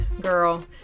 Girl